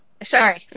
Sorry